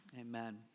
Amen